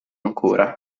ancora